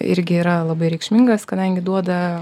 irgi yra labai reikšmingas kadangi duoda